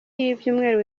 y’ibyumweru